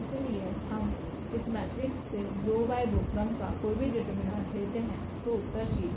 इसलिए हमइस मेट्रिक्स से2 × 2क्रम का कोई भी डिटरमिनेंट लेते हैंतो उत्तर 0 है